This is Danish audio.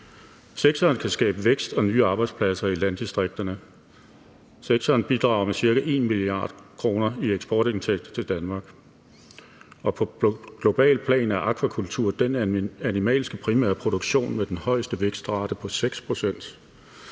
Sektoren kan skabe vækst og nye arbejdspladser i landdistrikterne, og sektoren bidrager med ca. 1 mia. kr. i eksportindtægter til Danmark. På globalt plan er akvakultur den animalske primærproduktion med den højeste vækstrate med 6